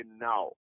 now